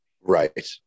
right